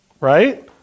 right